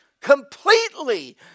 completely